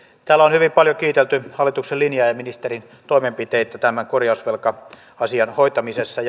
täällä on hyvin paljon kiitelty hallituksen linjaa ja ministerin toimenpiteitä tämän korjausvelka asian hoitamisessa